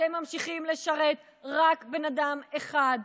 ואתם ממשיכים לשרת רק בן אדם אחד,